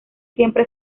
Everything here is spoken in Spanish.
siempre